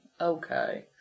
okay